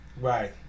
Right